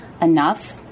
enough